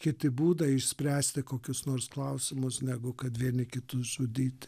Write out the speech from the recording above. kiti būdai išspręsti kokius nors klausimus negu kad vieni kitus žudyti